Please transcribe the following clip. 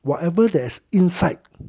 whatever that is inside